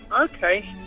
Okay